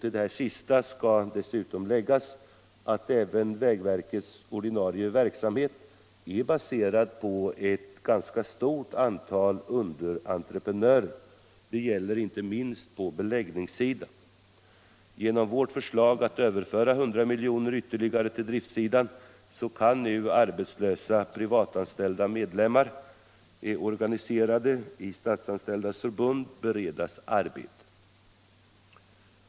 Till det sistnämnda skall läggas att även vägverkets ordinarie verksamhet är baserad på ett ganska stort antal underentreprenörer. Detta gäller inte minst på beläggningssidan. Genom vårt förslag att överföra ytterligare 100 milj.kr. till driftsidan kan nu arbetslösa privatanställda medlemmar organiserade i Statsanställdas förbund beredas arbete.